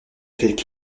quelques